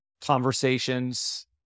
conversations